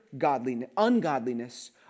ungodliness